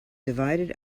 divided